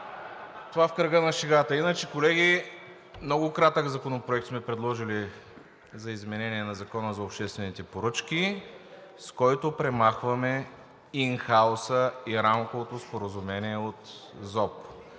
Това в кръга на шегата. (Смях.) Колеги, много кратък Законопроект сме предложили за изменение на Закона за обществените поръчки, с който премахваме ин хауса и рамковото споразумение от ЗОП.